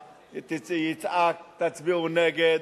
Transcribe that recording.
יצעק "תצביעו נגד",